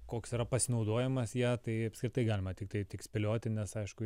koks yra pasinaudojimas ja tai apskritai galima tiktai tik spėlioti nes aišku